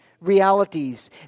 realities